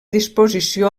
disposició